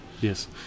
yes